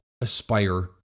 aspire